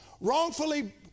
wrongfully